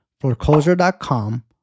foreclosure.com